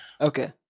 okay